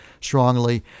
strongly